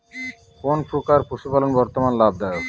কোন প্রকার পশুপালন বর্তমান লাভ দায়ক?